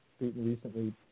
recently